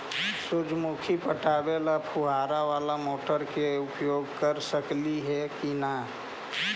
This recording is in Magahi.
सुरजमुखी पटावे ल फुबारा बाला मोटर उपयोग कर सकली हे की न?